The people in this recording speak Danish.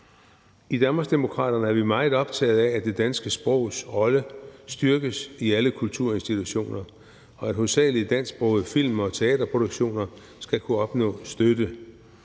I Danmarksdemokraterne er vi meget optagede af, at det danske sprogs rolle styrkes i alle kulturinstitutioner, og at hovedsagelig dansksprogede film- og teaterproduktioner skal kunne opnå støtte.